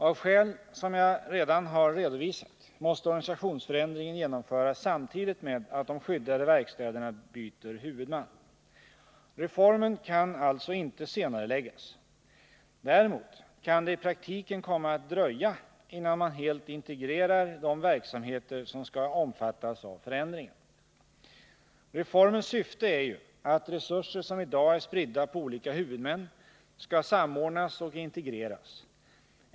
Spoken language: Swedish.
Av skäl som jag redan har redovisat måste organisationsförändringen genomföras samtidigt med att de skyddade verkstäderna byter huvudman. Reformen kan alltså inte senareläggas. Däremot kan det i praktiken komma att dröja innan man helt integrerar de verksamheter som skall omfattas av förändringen. Reformens syfte är ju att resurser som i dag är spridda på olika huvudmän skall samordnas och integreras.